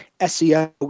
SEO